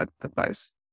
advice